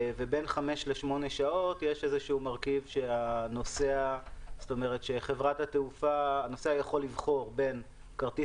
ובין 5 ל-8 שעות יש מרכיב שהנוסע יכול לבחור בין כרטיס